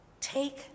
take